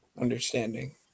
understanding